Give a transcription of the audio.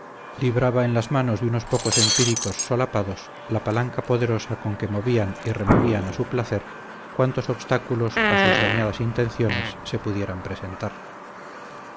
libraba en las manos de unos pocos empíricos solapados la palanca poderosa con que movían y removían a su placer cuantos obstáculos a sus dañadas intenciones se pudieran presentar